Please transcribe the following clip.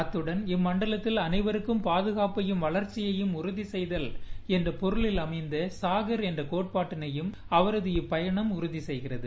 அத்தடன் இம்மண்டலத்தில் அனைவருக்கும் பாதுகாப்பையும் வளர்ச்சியையும் உறுதி செய்தல் என்ற பொருளில் அமைந்த சாஹர் என்ற கோட்பாட்டினையும் அவரது பயணம் உறுதி செய்கிறது